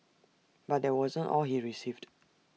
but that wasn't all he received